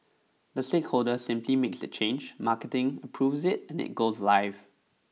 the stakeholder simply makes the change marketing approves it and it goes live